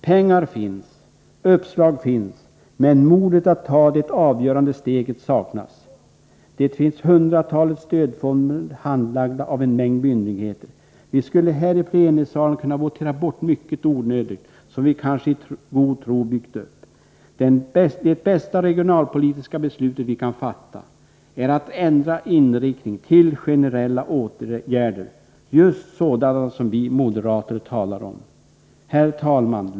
Pengar finns, uppslag finns. Men modet att ta det avgörande steget saknas. Det finns hundratalet stödformer handlagda av en mängd myndigheter. Vi skulle här i plenisalen kunna votera bort mycket onödigt som vi kanske i god tro byggt upp. Det bästa regionalpolitiska beslut vi kan fatta är att ändra inriktning till generella åtgärder, just sådana som vi moderater talar om.